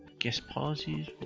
guest policies.